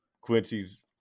Quincy's